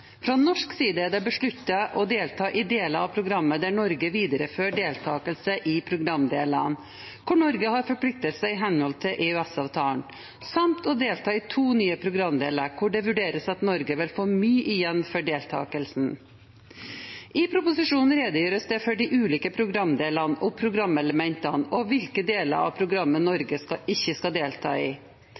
Fra norsk side er det besluttet å delta i deler av programmet der Norge viderefører deltakelse i programdeler hvor Norge har forpliktelser i henhold til EØS-avtalen, samt å delta i to nye programdeler hvor det vurderes at Norge vil få mye igjen for deltakelse. I proposisjonen redegjøres det for de ulike programdelene og programelementene og hvilke deler av programmet Norge ikke skal delta i.